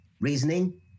reasoning